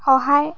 সহায়